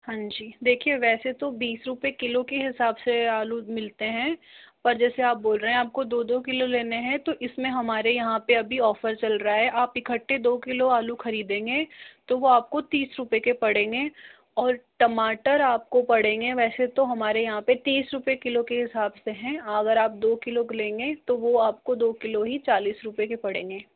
हाँ जी देखिए वैसे तो बीस रुपए किलो के हिसाब से आलू मिलते हैं पर जैसे आप बोल रहे हैं आपको दो दो किलो लेने हैं तो इसमें हमारे यहाँ पे अभी ऑफर चल रहा है आप इकट्ठे दो किलो आलू खरीदेंगे तो वो आपको तीस रुपए के पड़ेंगे और टमाटर आपको पड़ेंगे वैसे तो हमारे यहाँ पे तीस रुपए किलो के हिसाब से हैं अगर आप दो किलो लेंगे तो वो आपको दो किलो ही चालीस रुपए के पड़ेंगे